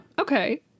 okay